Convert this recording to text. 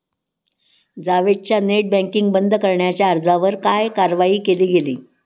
जावेदच्या net banking बंद करण्याच्या अर्जावर काय कारवाई केली गेली?